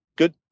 Good